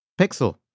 Pixel